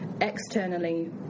Externally